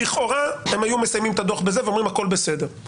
לכאורה הם היו מסיימים את הדוח בזה ואומרים הכול בסדר.